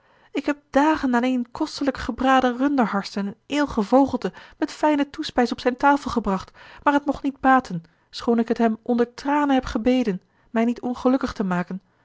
ik heb dagen aanéén kostelijk gebraden runderharsten en eêl gevogelte met fijne toespijs op zijne tafel gebracht maar het mocht niet baten schoon ik het hem onder tranen heb gebeden mij niet ongelukkig te maken